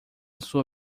sua